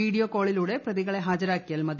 video കോളിലൂടെ പ്രതികളെ ഹാജരാക്കിയാൽ മതി